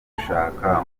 gushaka